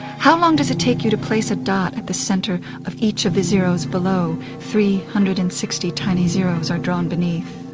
how long does it take you to place a dot in the centre of each of the zeros below? three hundred and sixty tiny zeros are drawn beneath.